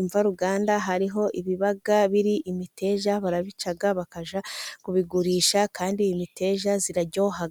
imvaruganda, hariho ibiba biri imiteja, barabica bakajya kubigurisha, kandi imiteja iraryoha.